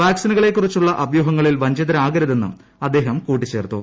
വാക്സിനുകളെ ക്കുറിച്ചുളള അഭ്യൂഹങ്ങളിൽ വഞ്ചിതരാകരുതെന്നും അദ്ദേഹം കൂട്ടിച്ചേർത്തു